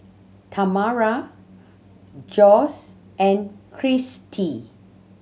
Tamara Josh and Kristie